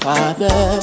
Father